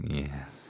yes